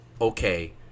okay